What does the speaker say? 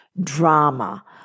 drama